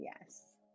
yes